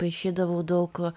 paišydavau daug